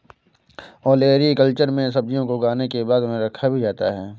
olericulture में सब्जियों को उगाने के बाद उन्हें रखा भी जाता है